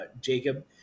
Jacob